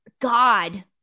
God